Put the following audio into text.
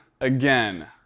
again